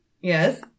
Yes